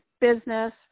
business